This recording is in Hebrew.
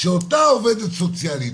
שאותה עובדת סוציאלית,